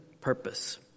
purpose